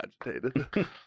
agitated